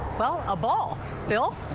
well a ball built.